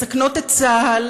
מסכנות את צה"ל.